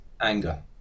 Anger